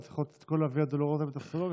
לא צריך את כל הוויה דולורוזה וטופסולוגיה,